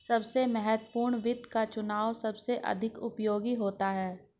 सबसे महत्वपूर्ण वित्त का चुनाव सबसे अधिक उपयोगी होता है